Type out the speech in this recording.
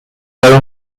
own